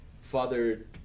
Father